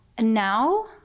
Now